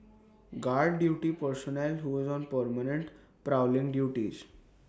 guard duty personnel who is on permanent prowling duties